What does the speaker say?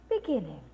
Beginning